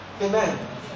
Amen